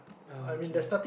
oh okay